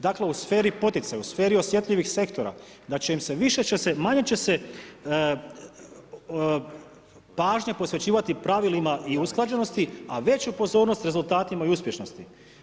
Dakle, u sferi poticaja, u sferi osjetljivih sektora, da će im se, više će se, manje će se pažnje posvećivati pravilima i usklađenosti, a veću pozornost rezultatima i uspješnosti.